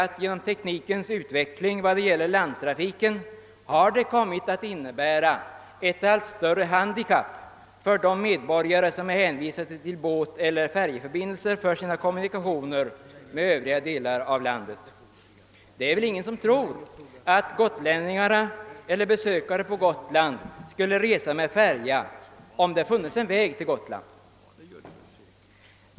Teknikens utveckling vad gäller landtrafiken har medfört att de medborgare som är hänvisade till båteller färjeförbindelser för sina kommunikationer med övriga delar av landet blivit försatta i ett handikapp. Det är väl ing «en som tror att gotlänningar eller besökare på Gotland skulle resa med färja om det fanns en väg till Gotland?